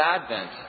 Advent